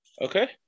Okay